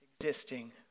Existing